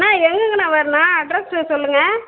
அண்ணா எங்கெங்கண்ணா வரணும் அட்ரெஸ்ஸு சொல்லுங்கள்